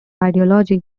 ideology